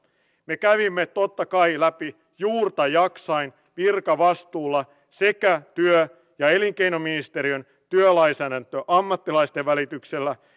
me kävimme totta kai läpi juurta jaksain virkavastuulla sekä työ ja elinkeinoministeriön työlainsäädäntöammattilaisten välityksellä